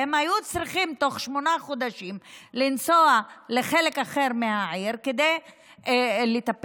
והם היו צריכים במשך שמונה חודשים לנסוע לחלק אחר מהעיר כדי לטפל,